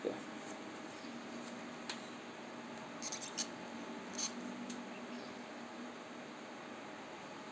ya